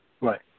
Right